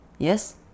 Yes